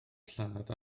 lladd